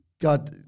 God